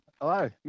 Hello